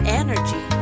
energy